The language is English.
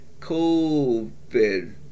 COVID